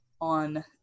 on